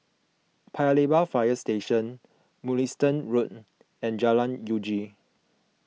Paya Lebar Fire Station Mugliston Road and Jalan Uji